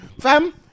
fam